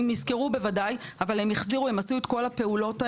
הם עשו את כל הפעולות האלה.